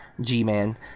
g-man